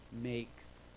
makes